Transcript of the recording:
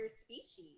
species